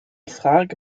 frage